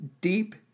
deep